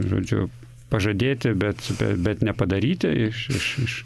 žodžiu pažadėti bet be bet nepadaryti iš iš iš